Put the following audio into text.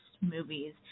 movies